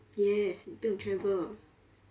yes 你不用 travel